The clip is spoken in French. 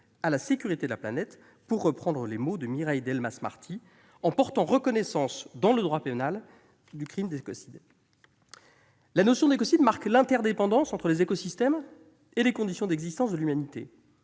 à la « sécurité de la planète », pour reprendre les mots de Mireille Delmas-Marty, en inscrivant dans le droit pénal la reconnaissance du crime d'écocide. La notion d'écocide marque l'interdépendance entre les écosystèmes et les conditions d'existence de l'humanité.